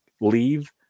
leave